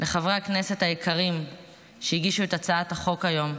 לחברי הכנסת היקרים שהגישו את הצעת החוק היום,